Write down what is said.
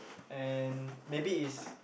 and maybe it's